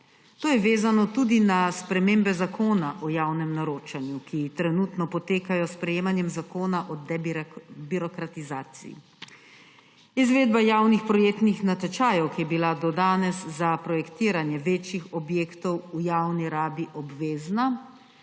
To je vezano tudi na spremembe Zakona o javnem naročanju, ki trenutno potekajo s sprejemanjem zakona o debirokratizaciji. Izvedba javnih projektnih natečajev, ki je bila do danes za projektiranje večjih objektov v javni rabi obvezna,